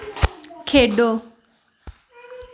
खेढो